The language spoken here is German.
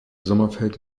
sommerfeld